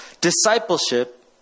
discipleship